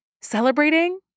celebrating